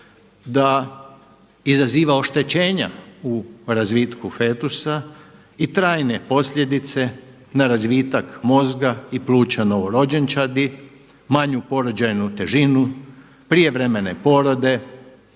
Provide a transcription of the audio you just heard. da izaziva oštećenja u razvitku fetusa i trajne posljedice na razvitak mozga i pluća novorođenčadi, manju porođajnu težinu, prijevremene porode,